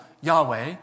Yahweh